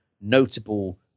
notable